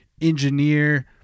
engineer